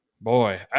Boy